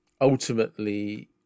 ultimately